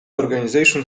organization